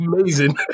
amazing